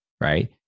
right